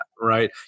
right